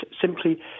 simply